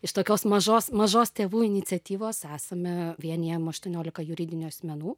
iš tokios mažos mažos tėvų iniciatyvos esame vienijam aštuoniolika juridinių asmenų